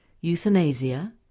euthanasia